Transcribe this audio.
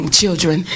children